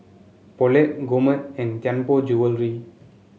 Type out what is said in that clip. Poulet Gourmet and Tianpo Jewellery